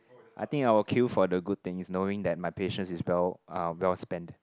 I think I will queue for the good things knowing that my patience is well uh well spent